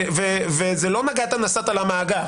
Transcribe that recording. וזה לא נגעת נסעת למאגר,